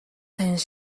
танил